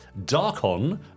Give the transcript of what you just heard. Darkon